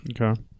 Okay